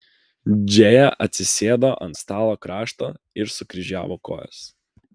džėja atsisėdo ant stalo krašto ir sukryžiavo kojas